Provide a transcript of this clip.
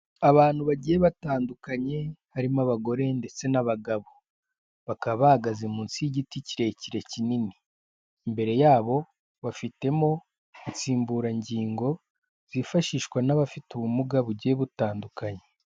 Abantu bagiye batandukanye harimo abagore ndetse n'abagabo bakaba bahagaze munsi y'igiti kirekire kinini, imbere yabo bafitemo insimburangingo zifashishwa n'abafite ubumuga bugiye butandukanye.